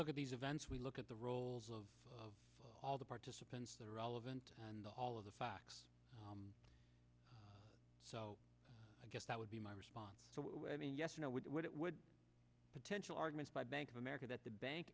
look at these events we look at the roles of all the participants that are relevant and all of the facts so i guess that would be my response so i mean yes you know what it would potential argument by bank of america that the bank